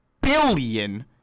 billion